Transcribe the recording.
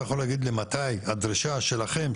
אתה יכול להגיד לי מתי הדרישה שלכם,